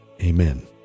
Amen